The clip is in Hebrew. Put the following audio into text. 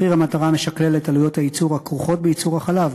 מחיר המטרה משקלל את עלויות הייצור הכרוכות בייצור החלב,